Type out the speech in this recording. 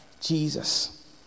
Jesus